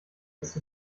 ist